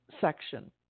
section